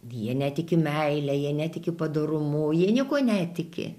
jie netiki meile jie netiki padorumu jie niekuo netiki